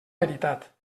veritat